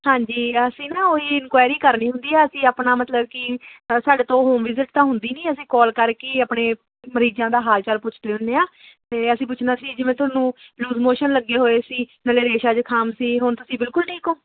ਹਾਂਜੀ ਅਸੀਂ ਨਾ ਉਹ ਹੀ ਇਨਕੁਆਇਰੀ ਕਰਨੀ ਹੁੰਦੀ ਆ ਅਸੀਂ ਆਪਣਾ ਮਤਲਬ ਕਿ ਸਾਡੇ ਤੋਂ ਹੋਮ ਵਿਜਿਟ ਤਾਂ ਹੁੰਦੀ ਨਹੀਂ ਅਸੀਂ ਕਾਲ ਕਰਕੇ ਹੀ ਆਪਣੇ ਮਰੀਜ਼ਾਂ ਦਾ ਹਾਲ ਚਾਲ ਪੁੱਛਦੇ ਹੁੰਦੇ ਹਾਂ ਅਤੇ ਅਸੀਂ ਪੁੱਛਣਾ ਸੀ ਜਿਵੇਂ ਤੁਹਾਨੂੰ ਲੂਜ਼ ਮੋਸ਼ਨ ਲੱਗੇ ਹੋਏ ਸੀ ਨਾਲੇ ਰੇਸ਼ਾ ਜੁਖਾਮ ਸੀ ਹੁਣ ਤੁਸੀਂ ਬਿਲਕੁਲ ਠੀਕ ਹੋ